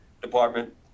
department